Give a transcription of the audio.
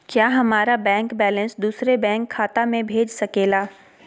क्या हमारा bank balance दूसरे बैंक खाता में भेज सके ला?